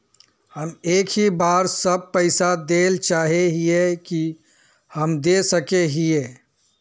हम एक ही बार सब पैसा देल चाहे हिये की हम दे सके हीये?